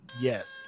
yes